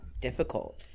difficult